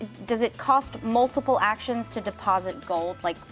does it cost multiple actions to deposit gold, like,